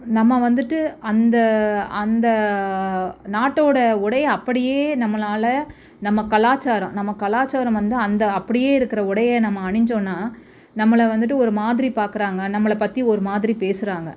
நம்ம வந்துட்டு அந்த அந்த நாட்டோடய உடையை அப்படியே நம்மளால் நம்ம கலாச்சாரம் நம்ம கலாச்சாரம் வந்து அந்த அப்படியே இருக்கிற உடையை நம்ம அணிஞ்சோன்னால் நம்மளை வந்துட்டு ஒரு மாதிரி பார்க்குறாங்க நம்மளை பற்றி ஒரு மாதிரி பேசுகிறாங்க